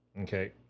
Okay